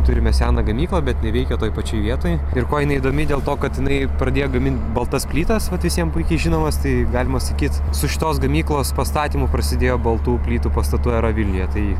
turime seną gamyklą bet jinai veikia toj pačioj vietoj ir kuo jinai įdomi dėl to kad jinai pradėjo gamint baltas plytas vat visiem puikiai žinomas tai galima sakyt su šitos gamyklos pastatymu prasidėjo baltų plytų pastatų era vilniuje tai